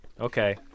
Okay